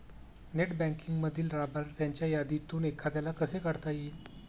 Net बँकिंगमधील लाभार्थ्यांच्या यादीतून एखाद्याला कसे काढता येईल?